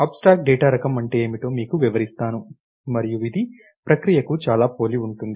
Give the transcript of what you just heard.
abstract data రకం అంటే ఏమిటో మీకు వివరిస్తాను మరియు ఇది ప్రక్రియకు చాలా పోలి ఉంటుంది